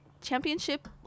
championship